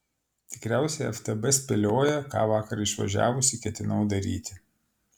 tikriausiai ftb spėlioja ką vakar išvažiavusi ketinau daryti